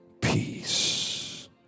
peace